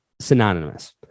synonymous